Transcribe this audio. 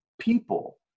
people